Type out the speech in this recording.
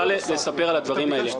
עכשיו זה לא הזמן, זה דיון רציני מדיי.